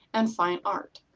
and fine art.